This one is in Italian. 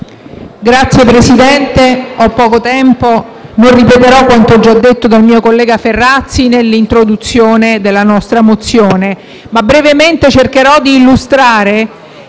Signor Presidente, ho poco tempo e non ripeterò quanto già detto dal mio collega Ferrazzi nell'illustrazione della nostra mozione. Brevemente, cercherò di illustrare